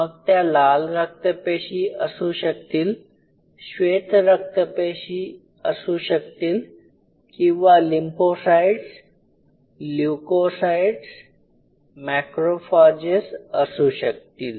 मग त्या लाल रक्त पेशी असू शकतील श्वेत रक्तपेशी असू शकतील किंवा लिंफोसाईटस ल्युकोसाइट्स मॅक्रोफाजेस असू शकतील